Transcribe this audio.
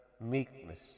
meekness